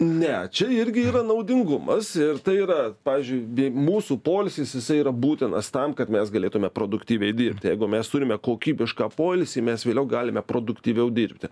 ne čia irgi yra naudingumas ir tai yra pavyzdžiui bei mūsų poilsis jisai yra būtinas tam kad mes galėtume produktyviai dirbti jeigu mes turime kokybišką poilsį mes vėliau galime produktyviau dirbti